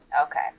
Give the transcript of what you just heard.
Okay